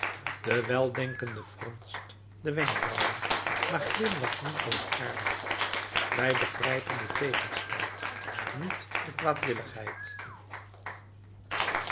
de weldenkende fronst de wenkbrauwen maar glimlacht niet boosaardig wij begrijpen den tegenstand niet de